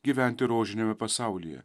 gyventi rožiniame pasaulyje